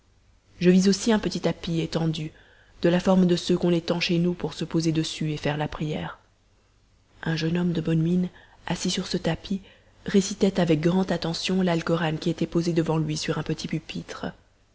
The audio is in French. je vis aussi un petit tapis étendu de la forme de ceux qu'on étend chez nous pour se poser dessus et faire la prière un jeune homme de bonne mine assis sur ce tapis récitait avec grande attention l'alcoran qui était posé devant lui sur un petit pupitre